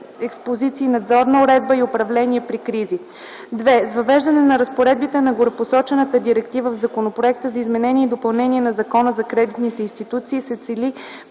експозиции, надзорна уредба и управление при кризи. II. С въвеждане на разпоредбите на горепосочената директива в Законопроекта за изменение и допълнение на Закона за кредитните институции се цели